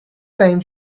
time